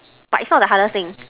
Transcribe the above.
but it's not the hardest thing